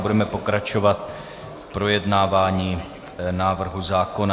Budeme pokračovat v projednávání návrhu zákona.